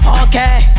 okay